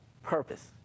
purpose